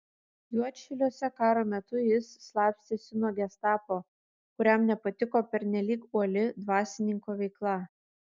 juodšiliuose karo metu jis slapstėsi nuo gestapo kuriam nepatiko pernelyg uoli dvasininko veikla